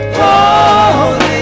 holy